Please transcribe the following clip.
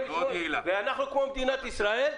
אבל כמו מדינת ישראל,